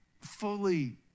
fully